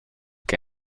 que